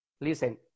Listen